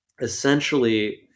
essentially